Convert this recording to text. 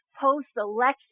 post-election